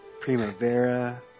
primavera